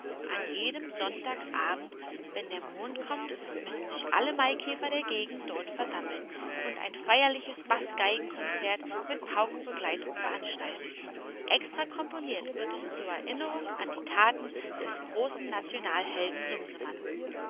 an jedem sonntagabend wenn der mond kommt müssen sich alle maikäfer der gegend dort versammeln und ein feierliches baßgeigenkonzert mit paukenbegleitung veranstalten extra komponiert wird es zur erinnerung an die taten des großen nationalhelden